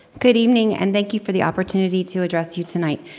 good evening and thank you for the opportunity to address you tonight.